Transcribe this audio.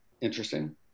interesting